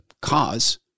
cause